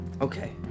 Okay